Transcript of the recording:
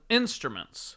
instruments